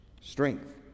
Strength